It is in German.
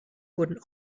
wurden